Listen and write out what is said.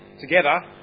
together